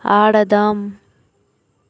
ఆడదాం